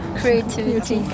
creativity